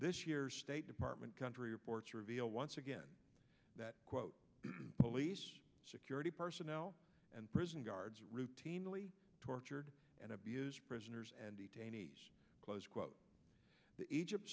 this year state department country reports reveal once again that quote police security personnel and prison guards routinely tortured and abused prisoners and detainees close quote the egypt